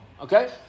Okay